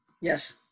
Yes